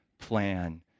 plan